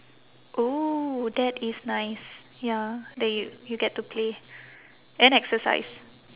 oh that is nice ya then you you get to play and exercise